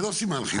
זה לא סימן חיובי.